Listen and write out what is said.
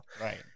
Right